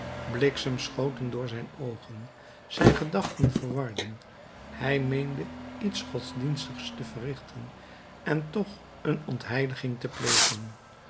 bliksems schoten door zijn oogen zijn gedachten verwarden hij meende iets godsdienstigs te verrichten en toch een ontheiliging te plegen